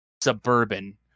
suburban